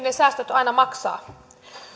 ne säästöt kuitenkin aina maksaa